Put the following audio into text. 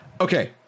Okay